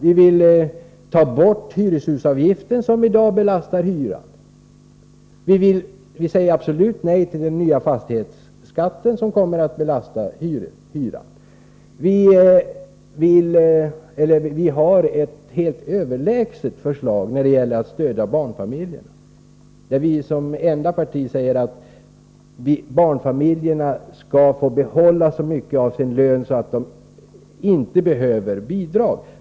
Vi vill få bort hyreshusavgiften som i dag belastar hyran. Vi säger absolut nej till den nya fastighetsskatten som också kommer att belasta hyran. Vi har ett helt överlägset förslag när det gäller att stödja barnfamiljerna. Moderata samlingspartiet är det enda parti som säger att barnfamiljerna skall få behålla så mycket av sin lön att de inte behöver bidrag.